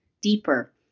deeper